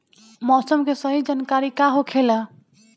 मौसम के सही जानकारी का होखेला?